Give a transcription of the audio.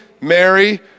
Mary